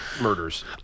murders